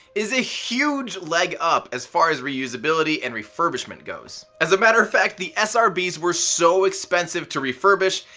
is a huge leg up as far as reusability and refurbishment goes. as a matter of fact, the ah srbs were so expensive to refurbish,